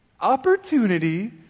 opportunity